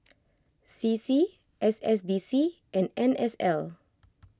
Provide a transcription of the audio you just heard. C C S S D C and N S L